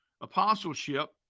apostleship